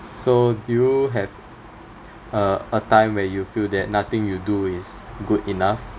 so do you have uh a time where you feel that nothing you do is good enough